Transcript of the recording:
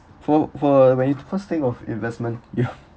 for for when you first think of investment